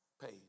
paid